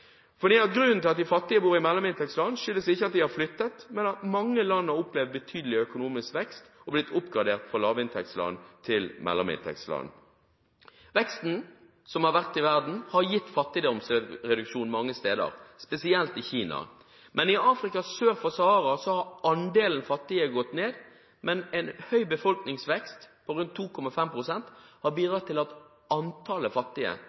at de fattige bor i mellominntektsland skyldes ikke at de har flyttet, men at mange land har opplevd betydelig økonomisk vekst og blitt oppgradert fra lavinntektsland til mellominntektsland. Veksten som har vært i verden, har gitt fattigdomsreduksjon mange steder, spesielt i Kina. I Afrika sør for Sahara har andelen fattige gått ned, men en høy befolkningsvekst– på rundt 2,5 pst. – har bidratt til at antallet fattige